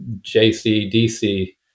JCDC